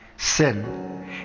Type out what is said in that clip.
sin